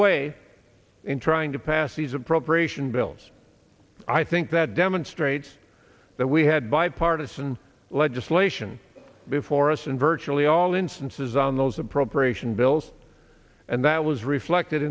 way in trying to pass these appropriation bills i think that demonstrates that we had bipartisan legislation before us in virtually all instances on those appropriation bills and that was reflected